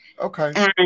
Okay